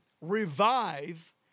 revive